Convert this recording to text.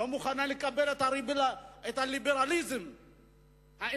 לא מוכנה לקבל את הליברליזם האמונתי,